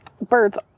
birds